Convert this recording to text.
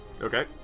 Okay